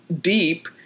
deep